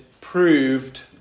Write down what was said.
proved